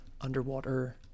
underwater